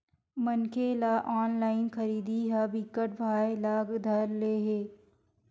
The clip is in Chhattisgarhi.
मनखे ल ऑनलाइन खरीदरारी ह बिकट भाए ल धर ले हे